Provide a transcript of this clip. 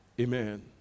Amen